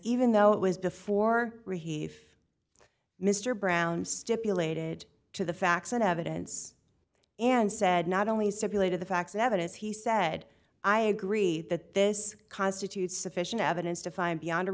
even though it was before if mr brown stipulated to the facts and evidence and said not only circulated the facts and evidence he said i agree that this constitutes sufficient evidence to find beyond a